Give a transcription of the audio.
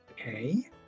Okay